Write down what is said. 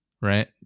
right